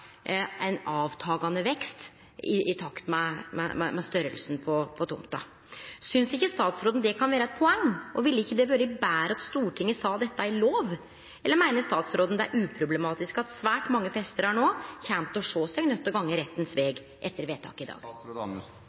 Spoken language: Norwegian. ein avtakande vekst i takt med storleiken på tomta. Synest ikkje statsråden det kan vere eit poeng, og ville det ikkje vere betre at Stortinget sa dette i lov? Eller meiner statsråden det er uproblematisk at svært mange festarar no kjem til å sjå seg nøydde til å gå rettens veg etter vedtaket i dag?